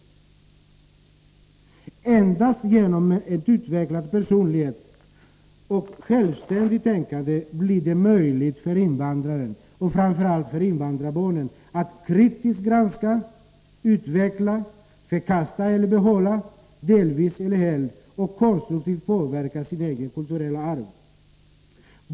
Endast genom en utvecklad personlighet och ett självständigt tänkande blir det möjligt för invandraren — framför allt för invandrarbarnet — att kritiskt granska, att utveckla, att helt eller delvis förkasta eller behålla och att konstruktivt påverka sitt eget kulturella arv.